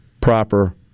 proper